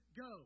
Go